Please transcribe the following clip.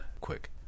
quick